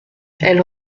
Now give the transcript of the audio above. elle